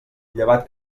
llevat